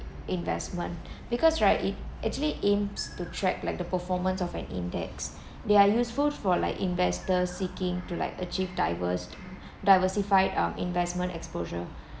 investment because right it actually aims to track like the performance of an index they are useful for like investors seeking to like achieve diverse diversified um investment exposure